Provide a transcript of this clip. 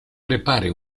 prepare